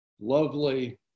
lovely